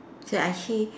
so actually